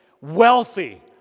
wealthy